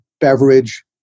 beverage